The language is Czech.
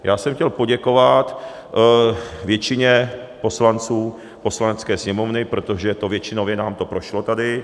Já jsem chtěl poděkovat většině poslanců Poslanecké sněmovny, protože většinově nám to prošlo tady.